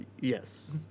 Yes